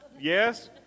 Yes